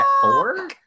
four